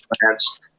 plants